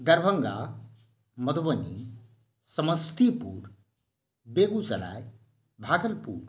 Darbhanga Madhubani Samastipur Begusarai Bhagalpur